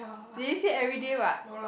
they didn't say everyday what